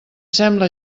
sembla